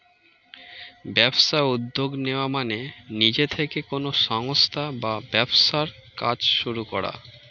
ব্যবসায় উদ্যোগ নেওয়া মানে নিজে থেকে কোনো সংস্থা বা ব্যবসার কাজ শুরু করা